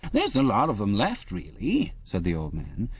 there's a lot of them left, really said the old man,